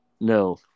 No